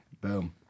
boom